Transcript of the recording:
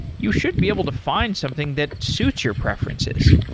you should be able to find something that suits your preferences.